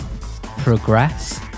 progress